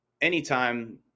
anytime